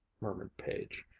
murmured page,